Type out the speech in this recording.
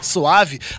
Suave